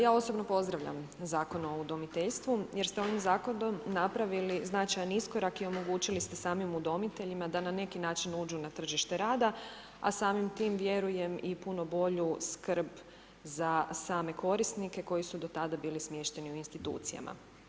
Ja osobno pozdravljam Zakon o udomiteljstvu jer ste ovim Zakonom napravili značajan iskorak i omogućili ste samim udomiteljima da na neki način uđu na tržište rada, a samim tim vjerujem i puno bolju skrb za same korisnike koji su do tada bili smješteni u institucijama.